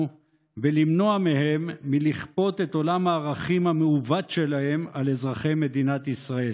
ולמנוע מהם לכפות את עולם הערכים המעוות שלהם על אזרחי מדינת ישראל.